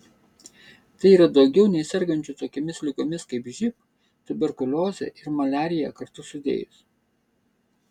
tai yra daugiau nei sergančių tokiomis ligomis kaip živ tuberkuliozė ir maliarija kartu sudėjus